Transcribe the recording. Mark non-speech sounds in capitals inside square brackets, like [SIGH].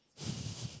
[BREATH]